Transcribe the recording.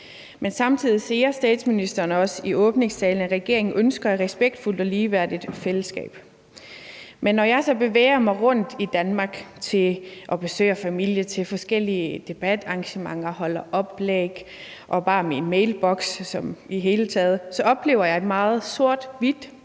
Men samtidig siger statsministeren også i åbningstalen, at regeringen ønsker et respektfuldt og ligeværdigt fællesskab. Men når jeg så bevæger mig rundt i Danmark og besøger familie, er til forskellige debatarrangementer, holder oplæg og bare ser i min mailboks i det hele taget, så oplever jeg et meget sort-hvidt